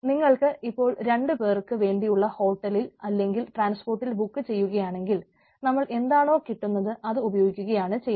നിങ്ങൾക്ക് ഇപ്പോൾ രണ്ടു പേർക്ക് വേണ്ടിയിട്ടുള്ള ഹോട്ടലിൽ അല്ലെങ്കിൽ ട്രാൻസ്പോർട്ടിൽ ബുക്കു ചെയ്യുകയാണെങ്കിൽ നമ്മൾ എന്താണോ കിട്ടുന്നത് അത് ഉപയോഗിക്കുകയാണ് ചെയ്യുന്നത്